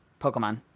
Pokemon